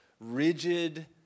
rigid